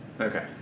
Okay